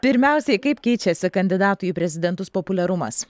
pirmiausiai kaip keičiasi kandidatų į prezidentus populiarumas